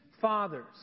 fathers